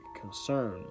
concern